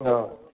অ'